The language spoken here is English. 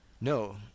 No